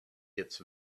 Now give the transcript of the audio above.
its